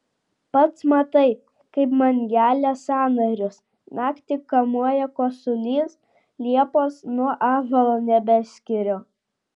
pats matai kaip man gelia sąnarius naktį kamuoja kosulys liepos nuo ąžuolo nebeskiriu